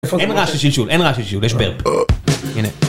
אין רעש שלשול, אין רעש שלשול, יש ברפ (גיהוק). הנה